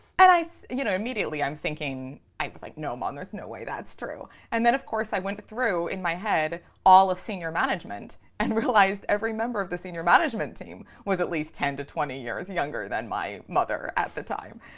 and so you know immediately i'm thinking, i was like, no, mom, there's no way that's true. and then of course, i went through in my head all of senior management and realized every member of the senior management team was at least ten to twenty years younger than my mother at the time.